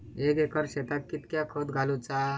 एक एकर शेताक कीतक्या खत घालूचा?